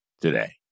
today